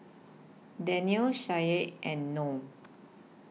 Daniel Syah and Noh